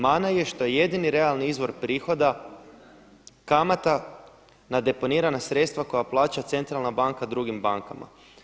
Mana je što je jedini realni izvor prihoda kamata na deponirana sredstva koja plaća centralna banka drugim bankama“